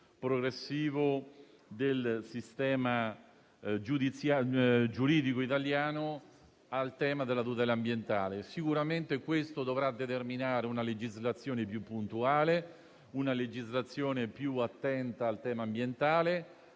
progressivo del sistema giuridico italiano al tema della tutela ambientale. Sicuramente questo dovrà determinare una legislazione più puntuale, più attenta al tema ambientale